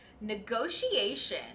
negotiation